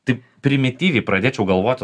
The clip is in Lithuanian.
taip primityviai pradėčiau galvoti